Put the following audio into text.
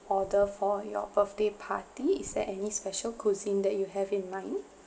order for your birthday party is there any special cuisine that you have in mind